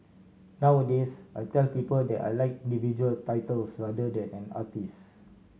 nowadays I tell people that I like individual titles rather than an artist